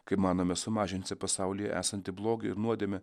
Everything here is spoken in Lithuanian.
kaip manome sumažinti pasaulyje esantį blogį nuodėmę